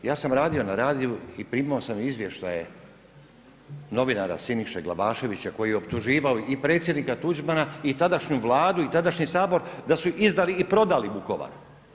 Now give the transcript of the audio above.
Ja sam radio na radiju i primao sam izvještaje novinara Siniše Glavaševića, koji je optuživao i predsjednika Tuđmana i tadašnju Vladu i tadašnji Sabor da su izdali i prodali Vukovar.